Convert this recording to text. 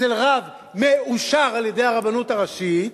אצל רב מאושר על-ידי הרבנות הראשית,